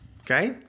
Okay